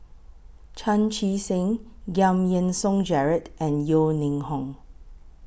Chan Chee Seng Giam Yean Song Gerald and Yeo Ning Hong